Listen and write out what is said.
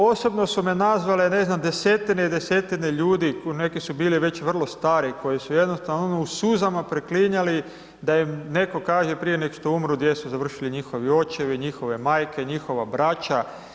Osobno su me nazvale desetine i desetine ljudi, neki su bili već vrlo stari koji su jednostavno ono u suzama preklinjali da im netko kaže prije nego što umru gdje su završili njihovi očevi, njihove majke, njihova braća.